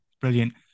Brilliant